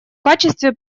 качестве